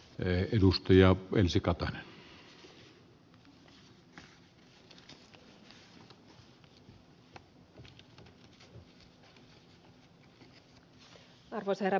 arvoisa herra puhemies